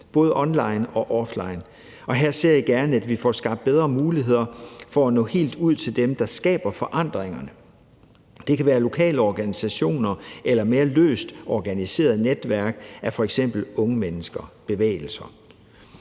både online og offline. Her ser jeg gerne, at vi får skabt bedre muligheder for at nå helt ud til dem, der skaber forandringerne. Det kan være lokale organisationer eller mere løst organiserede netværk af f.eks. unge mennesker eller